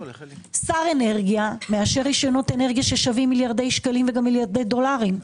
שר אנרגיה מאשר רשיונות אנרגיה ששווים מיליארדי שקלים ומיליארדי דולרים.